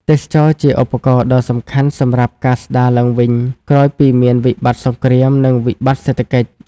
ទេសចរណ៍ជាឧបករណ៍ដ៏សំខាន់សម្រាប់ការស្ដារឡើងវិញ ក្រោយពីមានវិបត្តិសង្គ្រាម និងវិបត្តិសេដ្ឋកិច្ច។